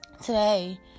Today